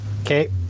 okay